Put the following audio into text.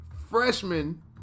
freshman